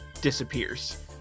disappears